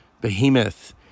Behemoth